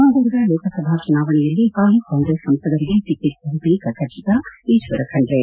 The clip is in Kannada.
ಮುಂಬರುವ ಲೋಕಸಭಾ ಚುನಾವಣೆಯಲ್ಲಿ ಹಾಲಿ ಕಾಂಗ್ರೆಸ್ ಸಂಸದರಿಗೆ ಟಿಕೆಟ್ ಬಹುತೇಕ ಖಟಿತ ಈಶ್ವರ ಖಂಡ್ರೆ